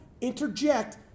interject